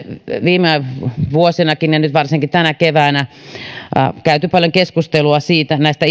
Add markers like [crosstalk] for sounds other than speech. viime vuosinakin ja nyt varsinkin tänä keväänä on käyty paljon keskustelua näistä [unintelligible]